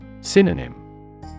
Synonym